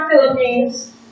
Philippines